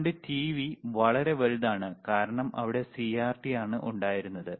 പണ്ട് ടിവി വളരെ വലുതാണ് കാരണം അവിടെ സിആർടി ആണ് ഉണ്ടായിരുന്നത്